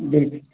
बिल्कुलु